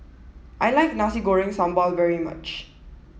I like Nasi Goreng Sambal very much